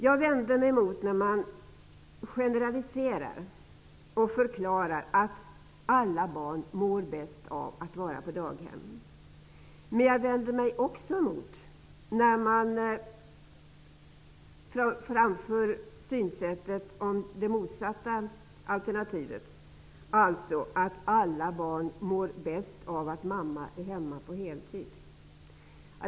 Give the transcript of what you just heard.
Jag vänder mig mot att man generaliserar och säger att alla barn mår bäst av att vara på daghem. Men jag vänder mig också emot när man hävdar det motsatta, dvs. att alla barn mår bäst av att mamma är hemma på heltid.